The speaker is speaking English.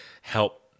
help